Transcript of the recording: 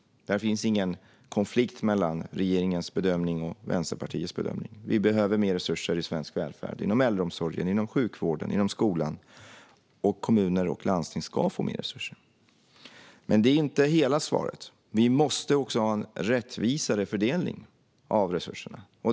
Där finns ingen konflikt mellan regeringens bedömning och Vänsterpartiets bedömning. Vi behöver mer resurser i svensk välfärd: inom äldreomsorgen, inom sjukvården, inom skolan. Kommuner och landsting ska få mer resurser. Detta är dock inte hela svaret. Vi måste också ha en rättvisare fördelning av resurserna.